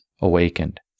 awakened